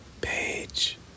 page